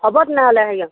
হ'ব তেনেহ'লে হেৰিয়ত